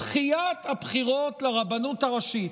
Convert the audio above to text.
דחיית הבחירות לרבנות הראשית,